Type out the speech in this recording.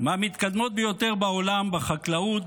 מהמתקדמות ביותר בעולם בחקלאות,